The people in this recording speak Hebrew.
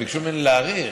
ביקשו ממני להאריך.